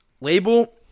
Label